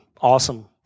awesome